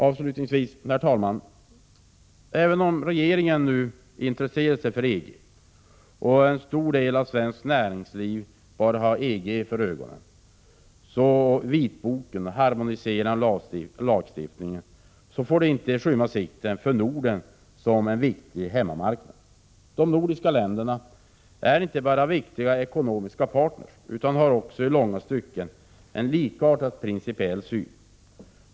Avslutningsvis, herr talman, vill jag säga att även om regeringen nu intresserar sig för EG, dess vitbok och harmonisering av lagstiftning och en stor del av svenskt näringsliv bara har EG för ögonen, får detta inte skymma sikten för Norden som en viktig hemmamarknad. De nordiska länderna är inte bara viktiga ekonomiska partner utan har också i långa stycken en likartad principiell syn.